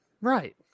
Right